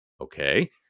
okay